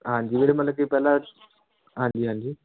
ਹਾਂਜੀ ਵੀਰ ਮਤਲਬ ਕਿ ਪਹਿਲਾਂ ਹਾਂਜੀ ਹਾਂਜੀ